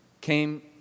came